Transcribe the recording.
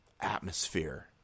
atmosphere